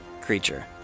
creature